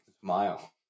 smile